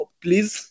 please